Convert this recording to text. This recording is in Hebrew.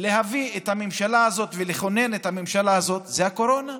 להביא את הממשלה הזאת ולכונן את הממשלה הזאת זה הקורונה,